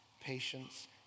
patience